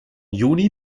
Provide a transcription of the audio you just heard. juni